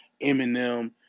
Eminem